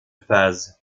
phases